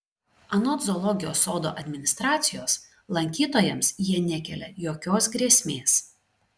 anot zoologijos sodo administracijos lankytojams jie nekelia jokios grėsmės